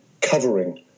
covering